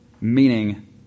meaning